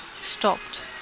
stopped